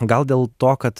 gal dėl to kad